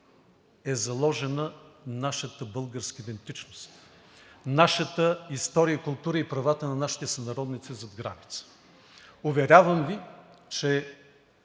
е заложена нашата българска идентичност, нашата история и култура и правата на нашите сънародници зад граница. Уверявам Ви, че